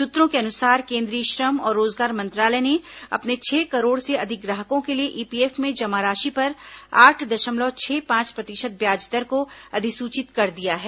सूत्रों के अनुसार केंद्रीय श्रम और रोजगार मंत्रालय ने अपने छह करोड़ से अधिक ग्राहकों के लिए ईपीएफ में जमा राशि पर आठ दशमलव छह पांच प्रतिशत ब्याज दर को अधिसूचित कर दिया है